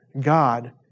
God